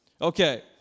Okay